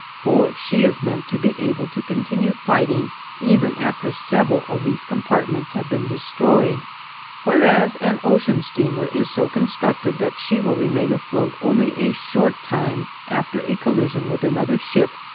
for she is meant to be able to continue fighting even after several of these compartments have been destroyed whereas, an ocean steamer is so constructed that she will remain afloat only a short time after a collision with another ship,